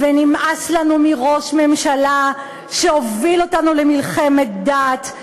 נמאס לנו מראש ממשלה שהוביל אותנו למלחמת דת,